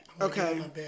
Okay